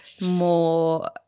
more